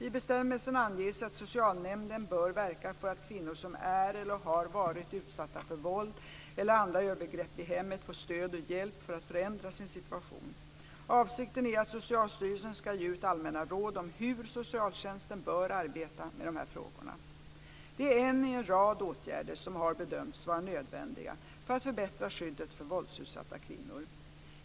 I bestämmelsen anges att socialnämnden bör verka för att kvinnor som är eller har varit utsatta för våld eller andra övergrepp i hemmet får stöd och hjälp för att förändra sin situation. Avsikten är att Socialstyrelsen ska ge ut allmänna råd om hur socialtjänsten bör arbeta med dessa frågor. Detta är en i en rad åtgärder som har bedömts vara nödvändiga för att förbättra skyddet för våldsutsatta kvinnor.